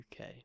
UK